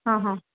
ಹಾಂ ಹಾಂ